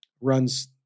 runs